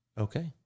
Okay